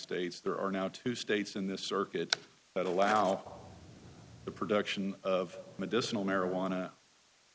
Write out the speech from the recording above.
states there are now two states in this circuit that allow the production of medicinal marijuana